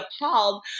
appalled